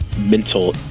mental